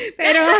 pero